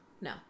No